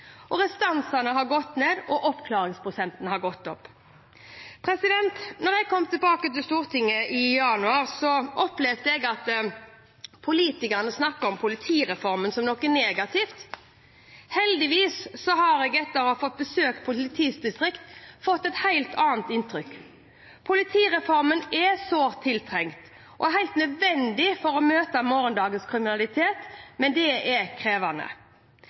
2013. Restansene har gått ned, og oppklaringsprosenten har gått opp. Da jeg kom tilbake til Stortinget i januar, opplevde jeg at politikerne snakket om politireformen som noe negativt. Heldigvis har jeg, etter å ha fått besøkt politidistrikt, fått et helt annet inntrykk. Politireformen er sårt tiltrengt og helt nødvendig for å møte morgendagens kriminalitet, men det er krevende.